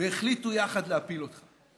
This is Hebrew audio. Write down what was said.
והחליטו יחד להפיל אותך.